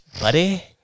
buddy